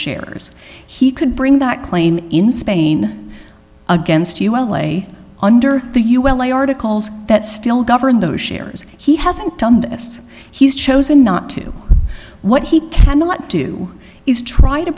shares he could bring that claim in spain against you l a under the ul articles that still govern those shares he hasn't done this he has chosen not to what he cannot do is try to